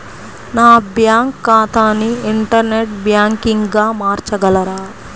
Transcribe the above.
నా బ్యాంక్ ఖాతాని ఇంటర్నెట్ బ్యాంకింగ్గా మార్చగలరా?